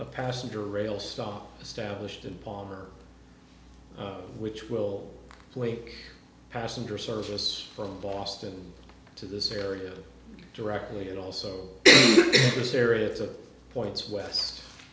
a passenger rail stock established in palmer which will wake passenger service from boston to this area directly and also this area to points west